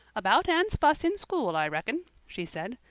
about anne's fuss in school, i reckon, she said.